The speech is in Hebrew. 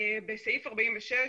בסעיף 46,